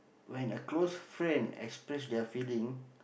when a close friend express their feeling